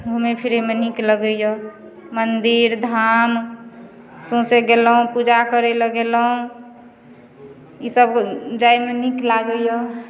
घुमय फिरयमे नीक लगइए मन्दिर धाम सौँसे गेलहुँ पूजा करय लए गेलहुँ ईसब जाइमे नीक लागइए